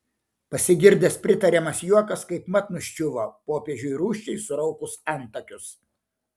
pasigirdęs pritariamas juokas kaipmat nuščiuvo popiežiui rūsčiai suraukus antakius